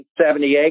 1978